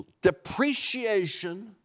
depreciation